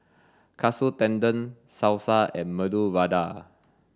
Katsu Tendon Salsa and Medu Vada